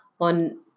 on